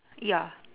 ya